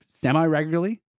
semi-regularly